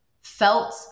felt